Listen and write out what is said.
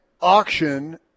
auction